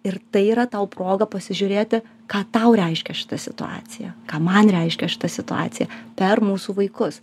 ir tai yra tau proga pasižiūrėti ką tau reiškia šita situacija ką man reiškia šita situacija per mūsų vaikus